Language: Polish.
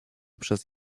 przez